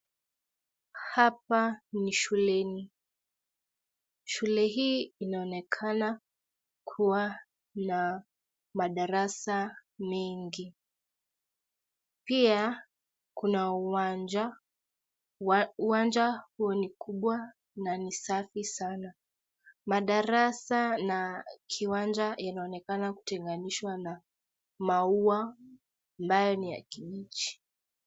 Hapa ni shuleni. Shule hii inaonekana kuwa na madarasa mengi, pia kuna uwanja, uwanja huo ni kubwa na ni safi sana. Madarasa na kiwanja inaonekana kutenganishwa na maua ambayo ni ya kibichi.